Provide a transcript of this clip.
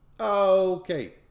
Okay